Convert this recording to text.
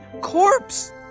corpse